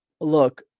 look